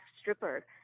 stripper